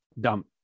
dump